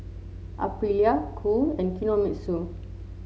Aprilia Qoo and Kinohimitsu